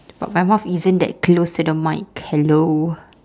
but my mouth isn't that close to the mic hello